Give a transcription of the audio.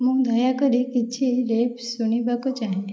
ମୁଁ ଦୟାକରି କିଛି ରେପ୍ ଶୁଣିବାକୁ ଚାହେଁ